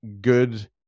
good